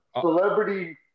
celebrity